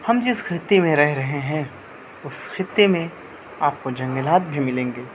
ہم جس خطے میں رہ رہے ہیں اس خطے میں آپ کو جنگلات بھی ملیں گے